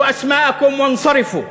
(נושא דברים בשפה הערבית, להלן תרגומם לעברית: